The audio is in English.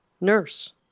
nurse